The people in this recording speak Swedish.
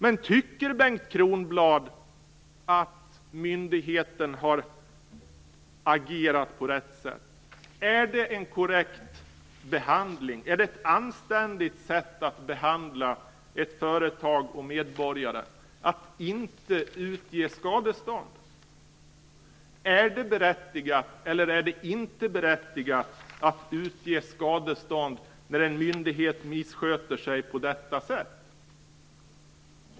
Men tycker Bengt Kronblad att myndigheten har agerat på rätt sätt? Är det en korrekt behandling? Behandlar man företag och medborgare på ett anständigt sätt när man inte utger skadestånd? Är det berättigat eller inte berättigat att man utger skadestånd när en myndighet missköter sig på detta sätt?